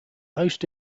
host